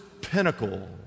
pinnacle